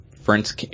friends